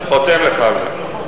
חותם לך על זה.